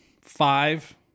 five